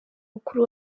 mukuru